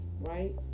right